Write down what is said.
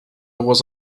was